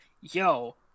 yo